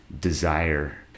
desire